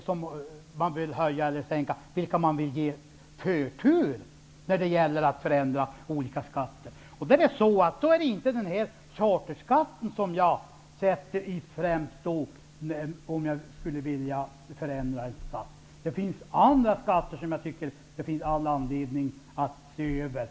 Det bör väl finnas någon filosofi bakom vad man vill ge förtur när det gäller att förändra olika skatter. Jag sätter inte charterskatten främst när jag vill förändra skatter. Det finns andra skatter som jag tycker att det finns all anledning att se över.